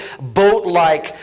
boat-like